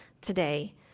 today